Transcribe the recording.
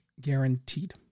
guaranteed